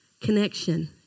connection